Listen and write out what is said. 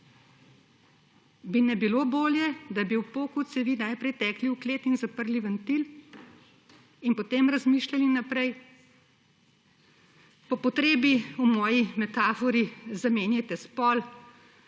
Ne bi bilo bolje, da bi ob poku cevi najprej tekli v klet in zaprli ventil in potem razmišljali naprej? Po potrebi v moji metafori zamenjajte spol,